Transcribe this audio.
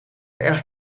erg